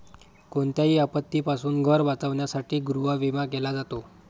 कोणत्याही आपत्तीपासून घर वाचवण्यासाठी गृहविमा केला जातो